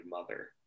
mother